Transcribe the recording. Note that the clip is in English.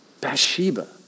Bathsheba